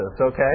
okay